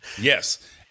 Yes